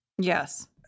Yes